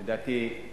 לדעתי,